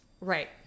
Right